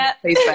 please